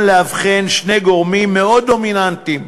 לאבחן שני גורמים מאוד דומיננטיים.